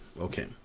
Okay